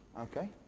Okay